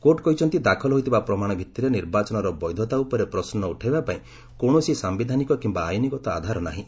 court କହିଛନ୍ତି ଦାଖଲ ହୋଇଥିବା ପ୍ରମାଣ ଭିଭିରେ ନିର୍ବାଚନରେ ବୈଧତା ଉପରେ ପ୍ରଶ୍ନ ଉଠାଇବା ପାଇଁ କୌଶସି ସାୟିଧାନିକ କିମ୍ବା ଆଇନଗତ ଆଧାର ନାହିଁ